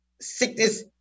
sickness